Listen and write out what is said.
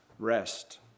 Rest